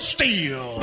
Steel